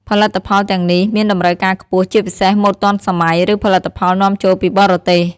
ផលិតផលទាំងនេះមានតម្រូវការខ្ពស់ ជាពិសេសម៉ូដទាន់សម័យ ឬផលិតផលនាំចូលពីបរទេស។